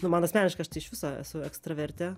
nu man asmeniškai aš tai iš viso esu ekstravertė